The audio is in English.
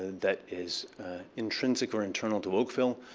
that is intrinsic or internal to oakville.